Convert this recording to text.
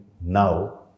now